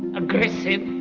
aggressive,